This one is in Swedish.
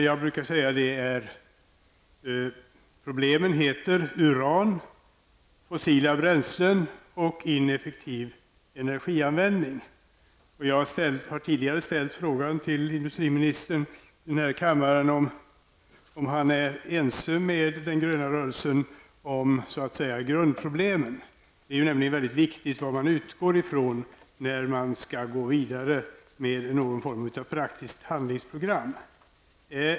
Jag brukar säga att problemen heter uran, fossila bränslen och ineffektiv energianvändning. Jag har tidigare ställt frågan till industriministern här i kammaren, om han är ense med den gröna rörelsen i fråga om grundproblemen. Det är nämligen viktigt vad man utgår ifrån, när man skall gå vidare med någon form av praktiskt handlingsprogram.